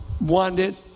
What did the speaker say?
wanted